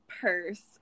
purse